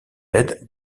l’aide